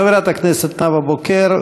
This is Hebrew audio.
חברת הכנסת נאוה בוקר,